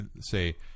say